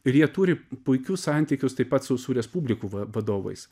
ir jie turi puikius santykius taip pat su su respublikų va vadovais